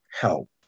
help